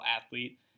athlete